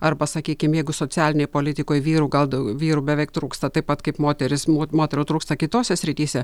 arba sakykim jeigu socialinėj politikoj vyrų gal dau vyrų beveik trūksta taip pat kaip moteris mo moterų trūksta kitose srityse